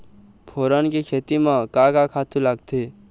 फोरन के खेती म का का खातू लागथे?